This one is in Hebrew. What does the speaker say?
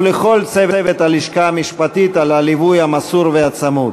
ולכל צוות הלשכה המשפטית על הליווי המסור והצמוד.